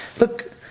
look